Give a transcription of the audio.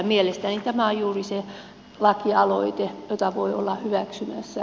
mielestäni tämä on juuri se lakialoite jota voi olla hyväksymässä